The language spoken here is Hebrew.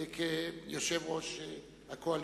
כיושב-ראש הקואליציה.